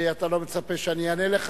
אתה לא מצפה שאני אענה לך.